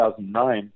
2009